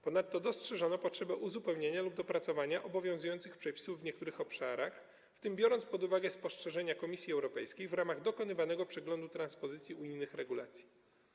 Ponadto dostrzeżono potrzebę uzupełnienia lub dopracowania obowiązujących przepisów w niektórych obszarach, w tym biorąc pod uwagę spostrzeżenia Komisji Europejskiej w ramach dokonywanego przeglądu transpozycji unijnych regulacji.